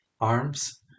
arms